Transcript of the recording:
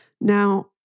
Now